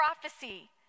prophecy